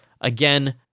again